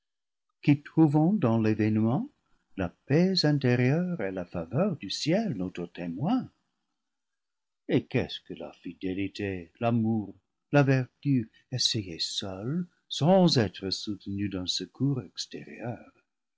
qui trouvons dans l'événement la paix intérieure et la faveur du ciel notre témoin et qu'est-ce que la fidélité l'amour la vertu essayés seuls sans être soutenus d'un secours extérieur